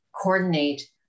coordinate